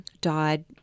died